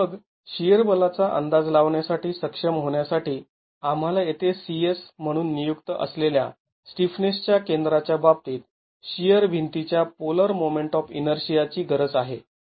मग शिअर बलाचा अंदाज लावण्यासाठी सक्षम होण्यासाठी आम्हाला येथे CS म्हणून नियुक्त असलेल्या स्टिफनेसच्या केंद्राच्या बाबतीत शिअर भिंती च्या पोलर मोमेंट ऑफ इनर्शिया ची गरज आहे